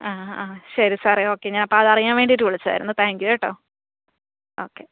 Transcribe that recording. ആ ആ ശെരി സാറെ ഓക്കെ ഞാൻ അപ്പം അതറിയാന് വേണ്ടീട്ട് വിളിച്ചതായിരുന്നു താങ്ക് യൂ കേട്ടോ ഓക്കെ